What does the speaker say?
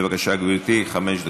בבקשה, גברתי, חמש דקות.